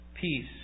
peace